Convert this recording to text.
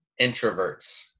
introverts